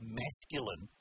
masculine